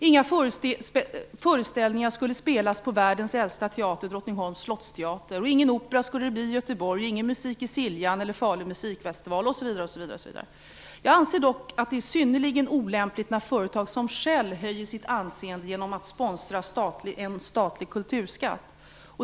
Inga föreställningar skulle spelas på världens äldsta teater, Drottningsholms slottsteater, det skulle inte bli någon opera i Göteborg, inte någon Musik vid Siljan, inte någon Falu musikfestival osv. Jag anser det dock vara synnerligen olämpligt när företag som Shell höjer sitt anseende genom att sponsra en statlig kulturskatt.